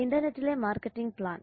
ഇന്റർനെറ്റിലെ marketing plan